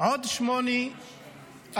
עוד שמונה אנשים